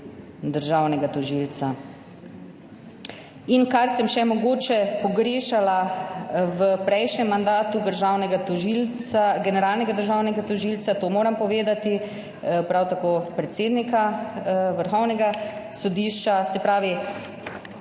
državnega tožilca. Kar sem še mogoče pogrešala v prejšnjem mandatu generalnega državnega tožilca, to moram povedati, prav tako predsednika Vrhovnega sodišča, se pravi